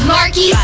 Marky